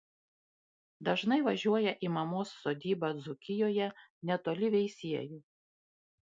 dažnai važiuoja į mamos sodybą dzūkijoje netoli veisiejų